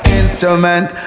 instrument